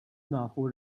nafu